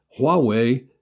Huawei